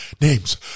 Names